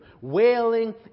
wailing